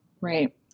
Right